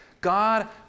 God